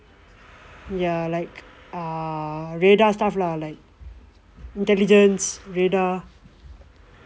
ya like err radar stuff lah like intelligence radar